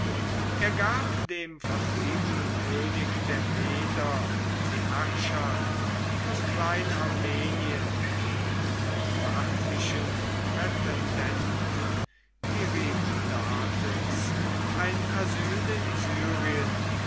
er gab dem vertriebenen könig der meder die herrschaft von klein armenien und dem parthischen prätendenten tiridates ein asyl in syrien